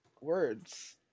words